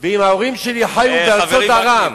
ואם ההורים שלי חיו בארצות ערב,